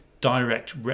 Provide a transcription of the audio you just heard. direct